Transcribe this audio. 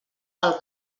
del